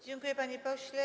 Dziękuję, panie pośle.